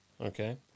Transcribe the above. Okay